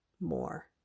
more